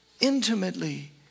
intimately